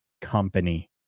company